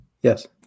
Yes